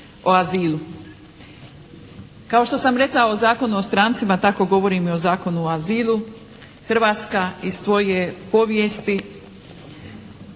o azilu. Kao što sam rekla o Zakonu o strancima, tako govorim i o Zakonu o azilu, Hrvatska iz svoje povijesti